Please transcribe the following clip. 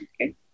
Okay